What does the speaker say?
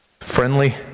friendly